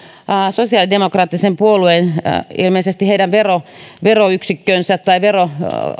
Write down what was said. sosiaalidemokraattisen puolueen ilmeisesti veroyksikön tai vero